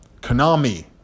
Konami